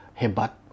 hebat